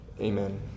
Amen